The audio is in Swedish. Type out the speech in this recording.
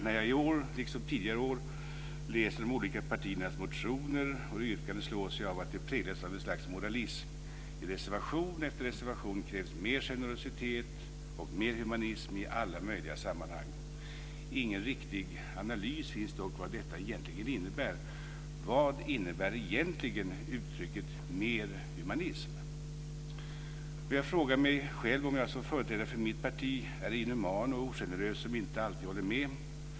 När jag i år, liksom under tidigare år, läser de olika partiernas motioner och yrkanden slås jag av att de präglas av ett slags moralism. I reservation efter reservation krävs det mer generositet och mer humanism i alla möjliga sammanhang. Det finns dock ingen riktig analys av vad detta innebär. Vad innebär egentligen uttrycket mer humansim? Jag frågar mig själv, om jag som företrädare för mitt parti är inhuman och ogenerös som inte alltid håller med.